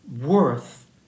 worth